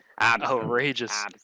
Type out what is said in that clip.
outrageous